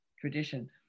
tradition